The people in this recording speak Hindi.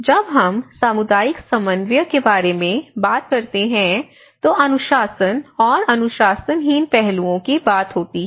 जब हम सामुदायिक समन्वय के बारे में बात करते हैं तो अनुशासन और अनुशासनहीन पहलुओं की बात होती है